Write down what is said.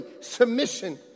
submission